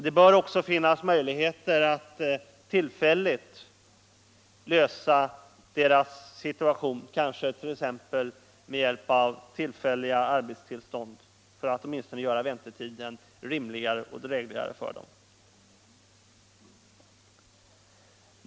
Det bör också finnas möjligheter att 130 tillfälligt lösa deras situation med hjälp av tillfälliga arbetstillstånd för att åtminstone göra väntetiden rimligare och drägligare för dem.